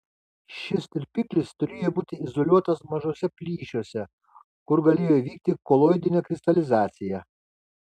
šis tirpiklis turėjo būti izoliuotas mažuose plyšiuose kur galėjo vykti koloidinė kristalizacija